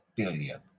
billion